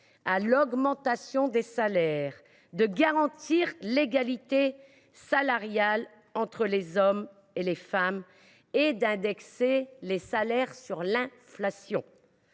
à l’augmentation des salaires, de garantir l’égalité salariale entre les hommes et les femmes et d’indexer les salaires sur l’inflation.